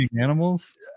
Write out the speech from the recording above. animals